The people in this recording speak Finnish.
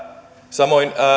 samoin